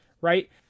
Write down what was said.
Right